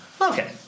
Okay